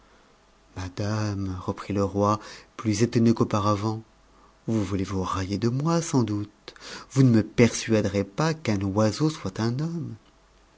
madame reprit le roi plus étonn qu'auparavant vous voulez vous railler de moi sans doute vous ne m persuaderez pas qu'un oiseau soit un homme